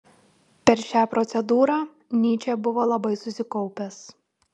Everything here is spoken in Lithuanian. per šią procedūrą nyčė buvo labai susikaupęs